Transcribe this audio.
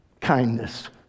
kindness